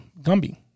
Gumby